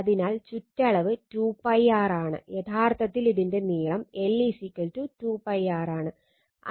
അതിനാൽ ചുറ്റളവ് 2 π r ആണ് യഥാർത്ഥത്തിൽ ഇതിന്റെ നീളം l 2 π r ആണ്